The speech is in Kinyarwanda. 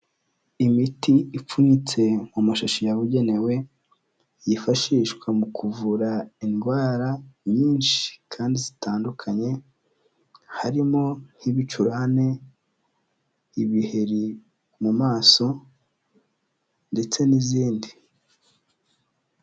Imiti ipfunyitse mu mashashi yabugenewe, yifashishwa mu kuvura indwara nyinshi kandi zitandukanye, harimo nk'ibicurane, ibiheri mu maso ndetse n'izindi.